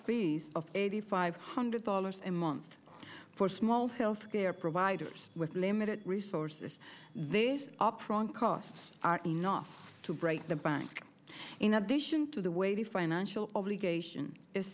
of eighty five hundred dollars a month for small health care providers with limited resources they say up front costs are enough to break the bank in addition to the way the financial obligation